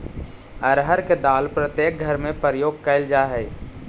अरहर के दाल प्रत्येक घर में प्रयोग कैल जा हइ